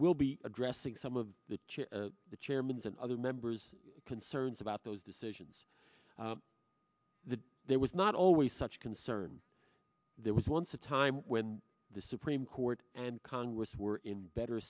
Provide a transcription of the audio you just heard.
will be addressing some of the chair the chairman's and other members concerns about those decisions that there was not always such concern there was once a time when the supreme court and congress were in better